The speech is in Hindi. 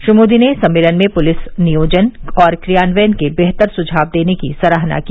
श्री मोदी ने सम्मेलन में पुलिस नियोजन और क्रियान्वयन के बेहतर सुझाव देने की सराहना की